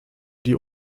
die